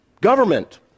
government